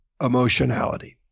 emotionality